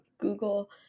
Google